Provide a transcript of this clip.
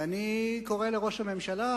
ואני קורא לראש הממשלה,